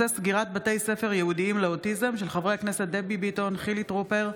בהצעתם של חברי הכנסת דבי ביטון, חילי טרופר,